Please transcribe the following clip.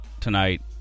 tonight